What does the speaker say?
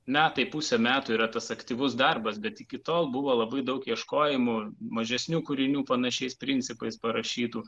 metai pusę metų yra tas aktyvus darbas bet iki tol buvo labai daug ieškojimų mažesnių kūrinių panašiais principais parašytų